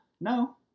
No